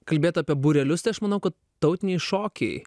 kalbėt apie būrelius tai aš manau kad tautiniai šokiai